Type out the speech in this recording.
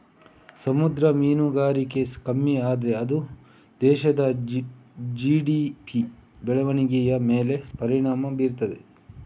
ಸಮುದ್ರ ಮೀನುಗಾರಿಕೆ ಕಮ್ಮಿ ಆದ್ರೆ ಅದು ದೇಶದ ಜಿ.ಡಿ.ಪಿ ಬೆಳವಣಿಗೆಯ ಮೇಲೆ ಪರಿಣಾಮ ಬೀರ್ತದೆ